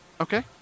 Okay